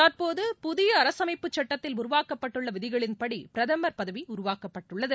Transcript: தற்போது புதிய அரசமைப்பு சட்டத்தில் உருவாக்கப்பட்டுள்ள விதிகளின்படி பிரதமர் பதவி உருவாக்கப்பட்டுள்ளது